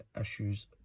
issues